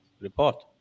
report